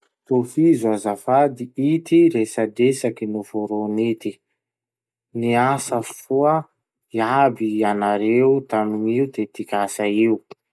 Tohizo azafady ity resadresaky noforony ity: Niasa soa iaby ianareo tamin'io tetikasa io.